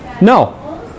No